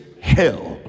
hell